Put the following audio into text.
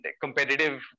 competitive